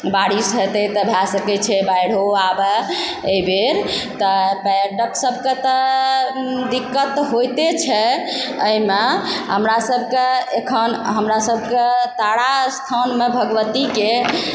बारिश हेतै तऽ भए सकै छै बाढ़ियो आबै एहिबेर तऽ पर्यटक सभके दिक्कत तऽ होइते छै एहिमे हमरा सबके एखन हमरा सबके तारस्थानमे भगवतीके